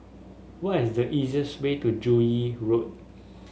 what is the easiest way to Joo Yee Road